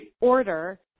Order